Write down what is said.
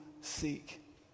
seek